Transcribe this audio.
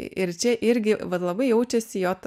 ir čia irgi vat labai jaučiasi jo